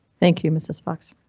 thank you, mrs fox.